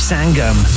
Sangam